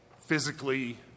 physically